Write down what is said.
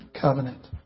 covenant